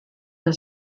der